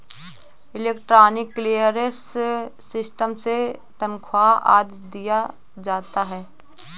electronic clearance system से तनख्वा आदि दिया जाता है